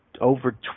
Over